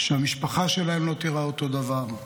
שהמשפחה שלהם לא תיראה אותו הדבר,